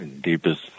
deepest